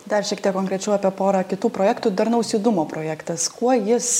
dar šiek tiek konkrečiau apie pora kitų projektų darnaus judumo projektas kuo jis